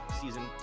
season